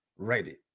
ready